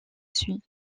suit